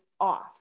off